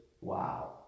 wow